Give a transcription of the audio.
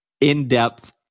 in-depth